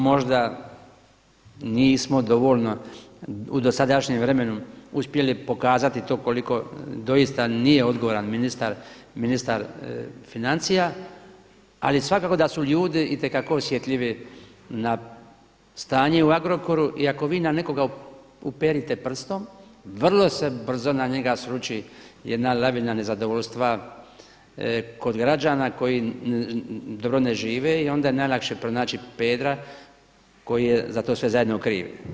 Možda nismo dovoljno u dosadašnjem vremenu uspjeli pokazati to koliko doista nije odgovoran ministar financija, ali svakako da su ljudi itekako osjetljivi na stanje u Agrokoru i ako vi na nekoga uperite prstom, vrlo se brzo na njega sruči jedna lavina nezadovoljstva kod građana koji dobro ne žive i onda je najlakše pronaći Pedra koji je za to sve zajedno kriv.